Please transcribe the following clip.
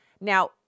Now